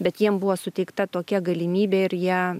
bet jiem buvo suteikta tokia galimybė ir jie